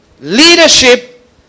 Leadership